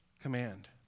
command